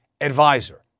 Advisor